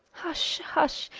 hush, hush!